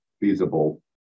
feasible